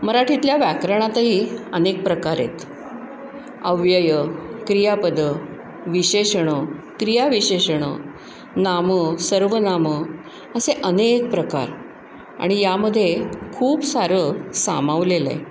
मराठीतल्या व्याकरणातही अनेक प्रकार आहेत अव्ययं क्रियापदं विशेषणं क्रियाविशेषणं नामं सर्वनामं असे अनेक प्रकार आणि यामध्ये खूप सारं सामावलेलं आहे